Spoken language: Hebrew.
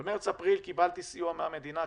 על מרץ-אפריל קיבלתי סיוע מהמדינה,